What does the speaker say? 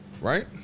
Right